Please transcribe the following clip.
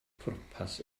pwrpas